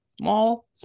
small